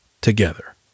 together